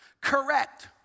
Correct